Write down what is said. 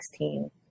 2016